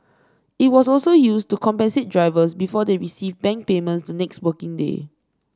it was also used to compensate drivers before they received bank payments the next working day